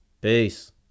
Peace